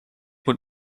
moet